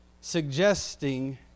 suggesting